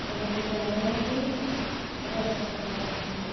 بہت ہی پیارا ہے یہ بہت اچھا لگا مجھے یہ